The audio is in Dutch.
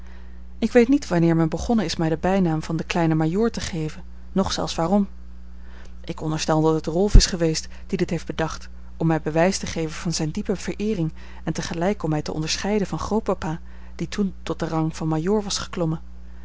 ik weet niet wanneer men begonnen is mij den bijnaam van den kleinen majoor te geven noch zelfs waarom ik onderstel dat het rolf is geweest die dit heeft bedacht om mij bewijs te geven van zijne diepe vereering en tegelijk om mij te onderscheiden van grootpapa die toen tot den rang van majoor was geklommen